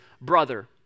brother